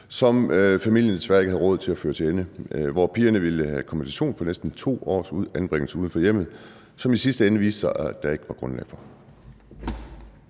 som familien ikke havde råd til at føre til ende, hvor pigerne ville have kompensation for næsten 2 års anbringelse uden for hjemmet, som det i sidste ende viste sig at der ikke var grundlag for?